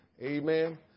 Amen